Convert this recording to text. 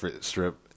strip